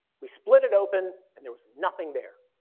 we split it open and there was nothing there.